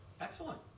Excellent